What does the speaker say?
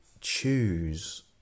choose